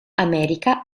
america